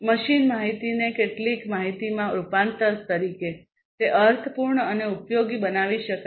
machine માહિતીને કેટલીક માહિતીમાં રૂપાંતર તરીકે તે અર્થપૂર્ણ અને ઉપયોગી બનાવી શકાય છે